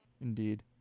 Indeed